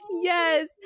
yes